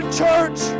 church